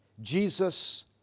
Jesus